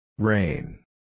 Rain